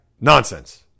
nonsense